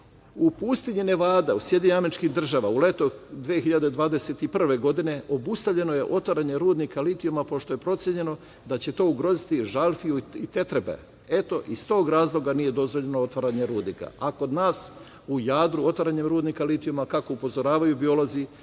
pustinji Nevada u SAD u leto 2021. godine obustavljeno je otvaranje rudnika litijuma pošto je procenjeno da će to ugroziti žalfiju i tetrebe. Eto iz tog razloga nije dozvoljeno otvaranje rudnika. Kod nas u Jadru otvaranjem rudnika litijuma, kako upozoravaju biolozi,